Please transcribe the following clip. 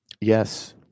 Yes